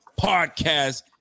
podcast